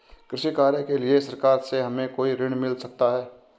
कृषि कार्य के लिए सरकार से हमें कोई ऋण मिल सकता है?